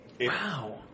Wow